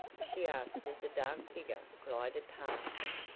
she asked as a dark figure glided past.